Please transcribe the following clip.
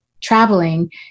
traveling